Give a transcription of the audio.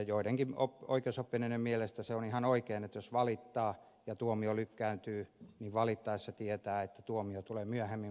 joidenkin oikeusoppineiden mielestä se on ihan oikein että jos valittaa ja tuomio lykkääntyy niin valittaessa jo tietää että tuomio tulee myöhemmin